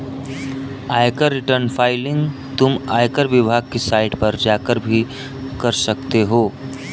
आयकर return filing तुम आयकर विभाग की साइट पर जाकर भी कर सकते हो